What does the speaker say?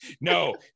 No